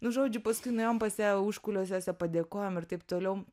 nu žodžiu paskui nuėjom pas ją užkulisiuose padėkojom ir taip toliau